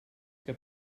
que